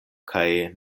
kaj